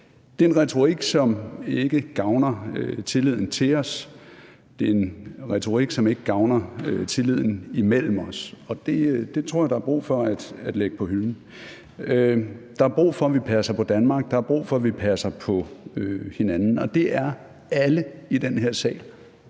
Det er en retorik, som ikke gavner tilliden til os; det er en retorik, som ikke gavner tilliden imellem os; og det tror jeg der er brug for at lægge på hylden. Der er brug for, at vi passer på Danmark; der er brug for, at vi passer på hinanden. Det er alle i den her sal